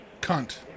Cunt